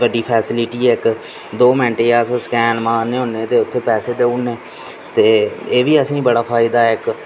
बड़ी फैसलिटी ऐ द'ऊं मैंटें गी अस स्कैन मारने होन्ने ते उत्थैं पैसे देऊड़ने एह् बी असेंगी बड़ा फायदा ऐ इक्क